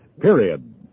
period